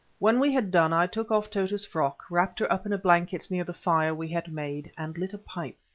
when we had done i took off tota's frock, wrapped her up in a blanket near the fire we had made, and lit a pipe.